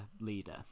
leader